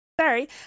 sorry